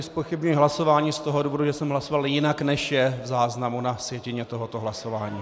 Zpochybňuji hlasování z toho důvodu, že jsem hlasoval jinak, než je v záznamu na sjetině tohoto hlasování.